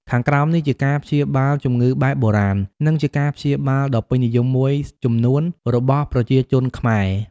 ខាងក្រោមនេះជាការព្យាបាលជំងឺបែបបុរាណ និងជាការព្យាបាលដ៏ពេញនិយមមួយចំនួនរបស់ប្រជាជនខ្មែរ។